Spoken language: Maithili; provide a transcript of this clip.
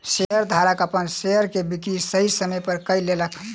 शेयरधारक अपन शेयर के बिक्री सही समय पर कय लेलक